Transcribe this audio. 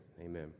Amen